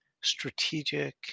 strategic